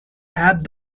have